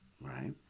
right